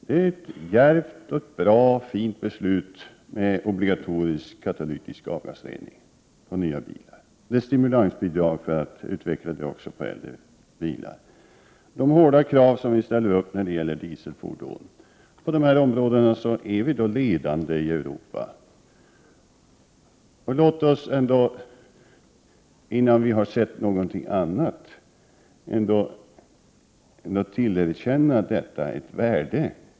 Det var ett djärvt och fint beslut att kräva katalytisk avgasrening på nya bilar, ge stimulansbidrag för att utveckla detta också på de äldre bilarna och ställa hårda krav på dieselfordon. I det avseendet är vi ledande i Europa. Låt oss nu, innan vi har något annat, ändå tillerkänna detta ett värde.